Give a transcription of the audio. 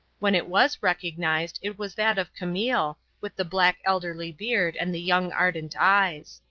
when it was recognized it was that of camille, with the black elderly beard and the young ardent eyes.